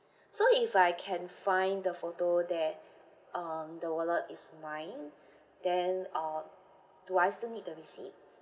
so if I can find the photo that um the wallet is mine then uh do I still need the receipt